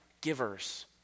givers